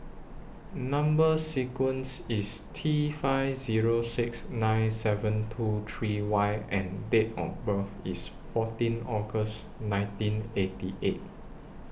Number sequence IS T five Zero six nine seven two three Y and Date of birth IS fourteen August nineteen eighty eight